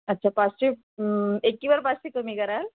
अच्छा पाचशे एकीवर पाचशे कमी कराल